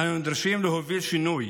אנו נדרשים להוביל שינוי